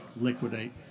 liquidate